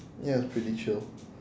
ya it's pretty chill